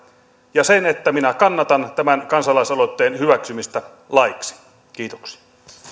ja sen että minä kannatan tämän kansalaisaloitteen hyväksymistä laiksi kiitoksia